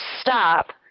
stop